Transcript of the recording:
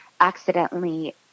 accidentally